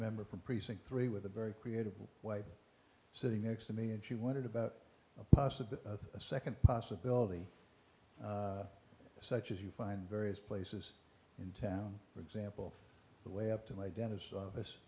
member for precinct three with a very creative way sitting next to me and she wondered about a possible second possibility such as you find various places in town for example the way up to my dentist's office